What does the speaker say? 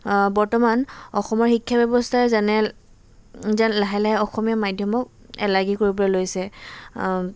বৰ্তমান অসমৰ শিক্ষা ব্যৱস্থাই যেনে যেন লাহে লাহে অসমীয়া মাধ্যমক এলাগী কৰিবলৈ লৈছে